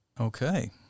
Okay